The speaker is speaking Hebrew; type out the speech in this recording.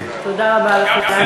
תודה רבה על הפניית תשומת הלב.